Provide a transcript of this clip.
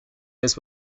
this